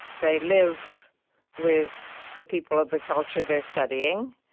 they live with the people of the culture they're studying.